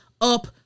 up